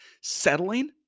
settling